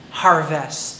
harvest